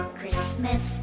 christmas